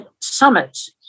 summits